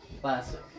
Classic